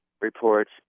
reports